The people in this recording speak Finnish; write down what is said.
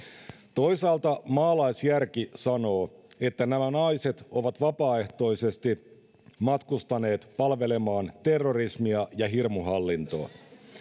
toisaalta maalaisjärki sanoo että nämä naiset ovat vapaaehtoisesti matkustaneet palvelemaan terrorismia ja hirmuhallintoa